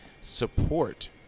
support